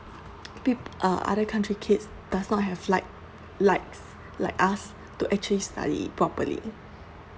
peop~ uh other country kids do not have light like like us to actually study properly